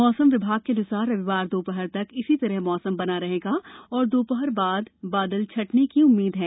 मौसम विभाग के अनुसार रविवार दोपहर तक इसी तरह मौसम बना रहेगा और दोपहर बाद बादल छंटने की उम्मीद है